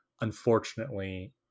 unfortunately